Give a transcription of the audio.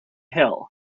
hill